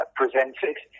presented